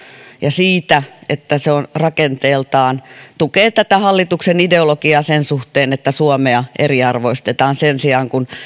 ja siitä että se rakenteeltaan tukee tätä hallituksen ideologiaa sen suhteen että suomea eriarvoistetaan sen sijaan kun